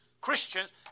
Christians